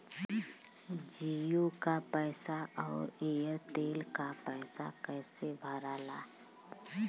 जीओ का पैसा और एयर तेलका पैसा कैसे भराला?